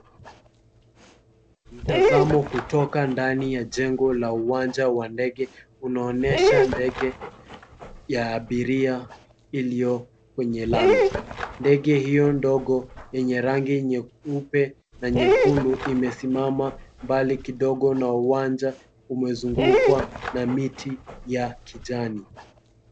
Mtazamo kutoka ndani ya jengo la uwanja wa ndege unaonyesha ndege ya abiria iliyo kwenye lami, ndege hio ndogo yenye rangi nyeupe na nyekundu imesimama mbali kidogo na uwanja umezungukwa na miti ya kijani.